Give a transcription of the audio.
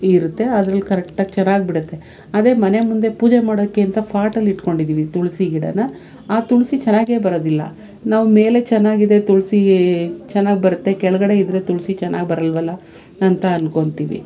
ಇರುತ್ತೆ ಅದ್ರಲ್ಲಿ ಕರೆಕ್ಟಾಗಿ ಚೆನ್ನಾಗಿ ಬಿಡುತ್ತೆ ಅದೇ ಮನೆ ಮುಂದೆ ಪೂಜೆ ಮಾಡೋಕ್ಕೆ ಅಂತ ಪಾಟಲ್ಲಿ ಇಡ್ಕೊಂಡಿದ್ದೀನಿ ತುಳಸಿ ಗಿಡನ್ನ ಆ ತುಳಸಿ ಚೆನ್ನಾಗೇ ಬರೋದಿಲ್ಲ ನಾವು ಮೇಲೆ ಚೆನ್ನಾಗಿದೆ ತುಳಸಿ ಚೆನ್ನಾಗಿ ಬರುತ್ತೆ ಕೆಳಗಡೆ ಇದ್ರೆ ತುಳಸಿ ಚೆನ್ನಾಗಿ ಬರೋಲ್ವಲ್ಲ ಅಂತ ಅಂದ್ಕೊಳ್ತೀವಿ